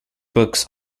books